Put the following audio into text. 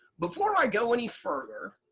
before i go any further,